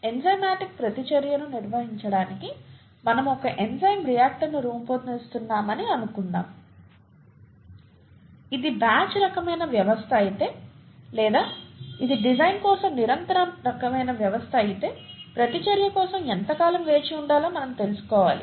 enzymatic ప్రతిచర్యను నిర్వహించడానికి మనము ఒక ఎంజైమ్ రియాక్టర్ను రూపొందిస్తున్నామని అనుకుందాం ఇది బ్యాచ్ రకమైన వ్యవస్థ అయితే లేదా ఇది డిజైన్ కోసం నిరంతర రకమైన వ్యవస్థ అయితే ప్రతిచర్య కోసం ఎంతకాలం వేచి ఉండాలో మనం తెలుసుకోవాలి